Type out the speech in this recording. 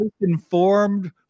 informed